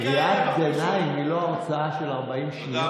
קריאת ביניים היא לא הרצאה של 40 שניות.